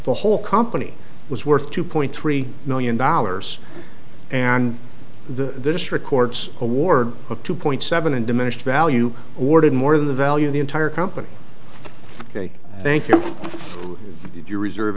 the whole company was worth two point three million dollars and the district courts award a two point seven and diminished value or did more than the value of the entire company they thank you if you reserve